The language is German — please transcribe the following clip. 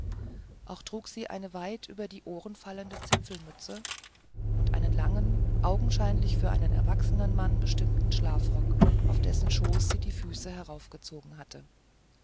auch trug sie eine weit über die ohren fallende zipfelmütze und einen langen augenscheinlich für einen ausgewachsenen mann bestimmten schlafrock auf dessen schoß sie die füße heraufgezogen hatte